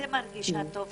להיות ממוקדת,